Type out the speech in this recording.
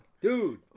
Dude